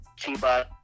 Chiba